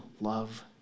love